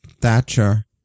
thatcher